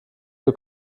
ihr